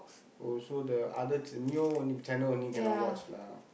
also the other Mio only channel only cannot watch lah